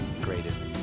greatest